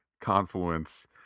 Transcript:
Confluence